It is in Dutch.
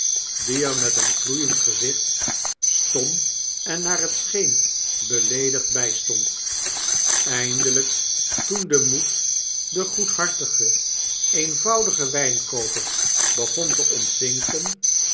die er met een gloeiend gezicht stom en naar hetscheen beleedigd by stond eindelyk toen de moed den goedhartigen eenvoudigen wijnkooper begon te ontzinken